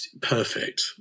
perfect